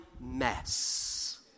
mess